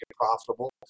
profitable